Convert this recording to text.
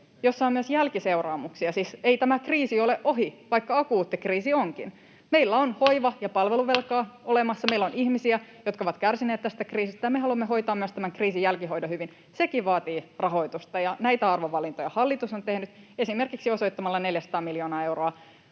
jolla on myös jälkiseuraamuksia — siis ei tämä kriisi ole ohi, vaikka akuutti kriisi onkin — meillä on hoiva- ja palveluvelkaa olemassa, meillä on ihmisiä, jotka ovat kärsineet tästä kriisistä — niin me haluamme hoitaa myös tämän kriisin jälkihoidon hyvin, ja sekin vaatii rahoitusta. Näitä arvovalintoja hallitus on tehnyt esimerkiksi osoittamalla 400 miljoonaa euroa